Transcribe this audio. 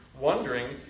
wondering